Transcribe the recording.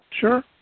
Sure